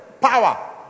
power